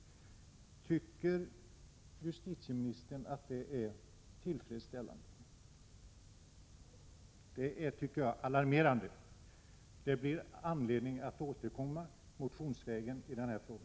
Tycker justitieministern att det är tillfredsställande? Jag tycker att detta faktum är alarmerande. Det finns anledning att motionsledes återkomma i denna fråga.